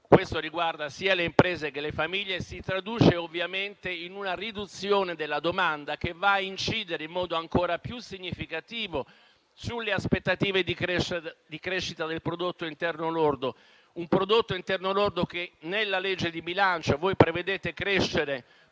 (questo riguarda sia le imprese che le famiglie) ciò si traduce in una riduzione della domanda che va a incidere in modo ancora più significativo sulle aspettative di crescita del prodotto interno lordo. Un prodotto interno lordo che, nella legge di bilancio, voi prevedete che crescerà